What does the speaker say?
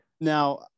Now